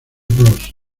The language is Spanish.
bros